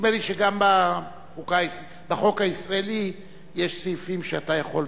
נדמה לי שגם בחוק הישראלי יש סעיפים שאתה יכול,